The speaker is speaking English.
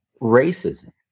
racism